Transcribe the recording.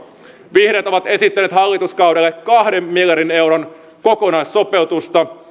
vihreät ovat esittäneet hallituskaudelle kahden miljardin euron kokonaissopeutusta